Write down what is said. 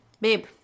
babe